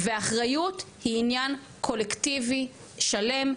והאחריות היא עניין קולקטיבי שלם,